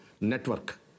network